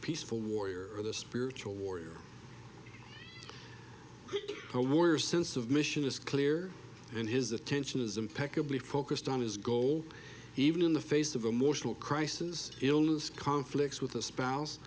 peaceful warrior or the spiritual warrior a warrior sense of mission is clear and his attention is impeccably focused on his goal even in the face of emotional crisis illness conflicts with a spouse